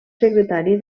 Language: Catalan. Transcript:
secretari